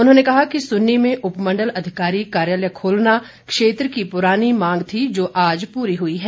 उन्होंने कहा कि सुन्नी में उपमण्डल अधिकारी कार्यालय खोलना क्षेत्र की पुरानी मांग थी जो आज पूरी हुई है